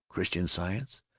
christian science,